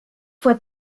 fue